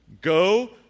Go